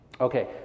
Okay